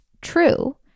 true